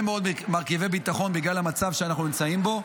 מאוד מרכיבי ביטחון בגלל המצב שאנחנו נמצאים בו.